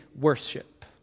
worship